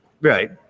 right